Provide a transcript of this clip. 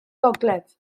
gogledd